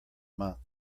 month